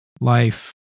life